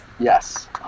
Yes